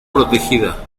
protegida